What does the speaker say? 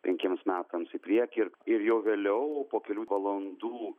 penkiems metams į priekį ir ir jau vėliau po kelių valandų